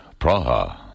Praha